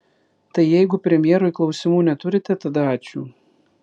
tai jeigu premjerui klausimų neturite tada ačiū